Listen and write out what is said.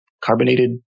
carbonated